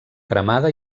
cremada